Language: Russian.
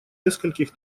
нескольких